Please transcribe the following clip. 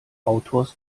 autors